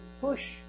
push